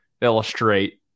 illustrate